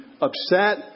upset